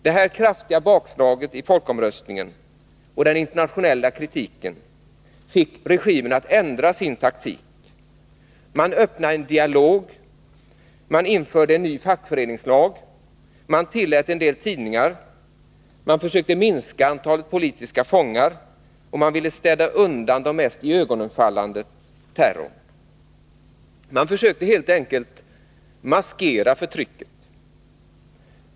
Detta kraftiga bakslag i folkomröstningen och den internationella kritiken fick regimen att ändra sin taktik. Man öppnade en dialog, man införde en ny fackföreningslag, man tillät en del tidningar, man försökte minska antalet politiska fångar och man ville städa undan den mest iögonenfallande terrorn. Regimen försökte helt enkelt maskera förtrycket.